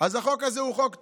אז החוק הזה הוא חוק טוב,